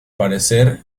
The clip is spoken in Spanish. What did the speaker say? parecer